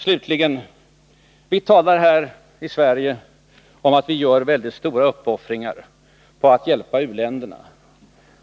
Slutligen: Vi talar här i Sverige om att vi gör mycket stora uppoffringar för att hjälpa u-länderna.